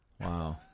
Wow